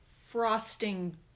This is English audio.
frosting